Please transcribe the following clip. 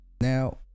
now